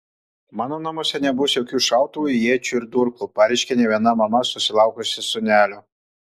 mano namuose nebus jokių šautuvų iečių ir durklų pareiškia ne viena mama susilaukusi sūnelio